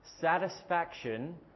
satisfaction